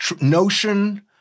notion